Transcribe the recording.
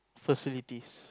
facilities